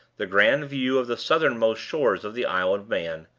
the grand view of the southernmost shores of the isle of man,